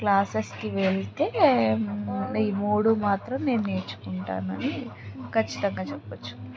క్లాసెస్కి వెళ్తే ఈ మూడూ మాత్రం నేర్చుకుంటానని ఖచ్చితంగా చెప్పొచ్చు